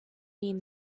mean